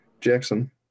Jackson